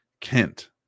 Kent